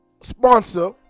sponsor